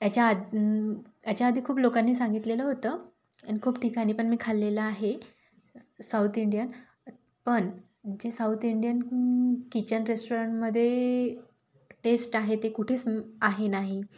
याच्या आद् याच्या आधी खूप लोकांनी सांगितलेलं होतं आणि खूप ठिकाणी पण मी खाल्लेलं आहे साऊथ इंडियन पण जे साऊत इंडियन किचन रेस्टॉरंटमध्ये टेस्ट आहे ते कुठेच आहे नाही